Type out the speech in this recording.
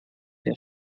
wir